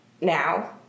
Now